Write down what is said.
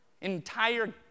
Entire